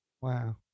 Wow